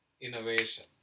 innovation